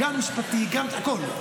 גם משפטי והכול,